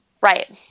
Right